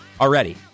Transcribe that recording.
already